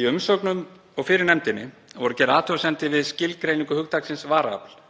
Í umsögnum og fyrir nefndinni voru gerðar athugasemdir við skilgreiningu hugtaksins varaafl